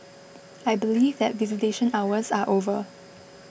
I believe that visitation hours are over